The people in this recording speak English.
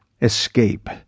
escape